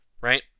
right